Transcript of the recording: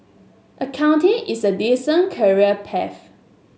accounting is a decent career path